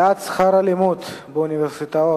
העלאת שכר הלימוד באוניברסיטאות.